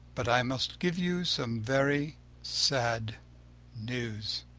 but i must give you some very sad news.